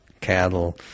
cattle